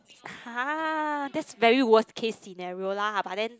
!huh! that's very worst case scenario lah but then